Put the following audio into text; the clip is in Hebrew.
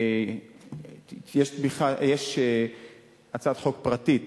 יש הצעת חוק פרטית